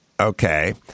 Okay